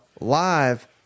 live